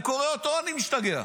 אני קורא אותו, אני משתגע.